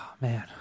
man